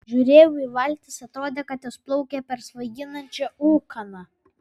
žiūrėjau į valtis atrodė kad jos plaukia per svaiginančią ūkaną